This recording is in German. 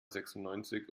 sechsundneunzig